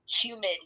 humid